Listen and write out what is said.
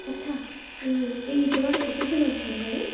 ଆଚ୍ଛା ଏଇ ଜ୍ୱରଟା କେତେ ଦିନଠୁ ହେଲାଣି